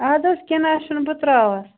اَدٕ حظ کیٚنٛہہ نہَ حظ چھُنہٕ بہٕ ترٛاوَس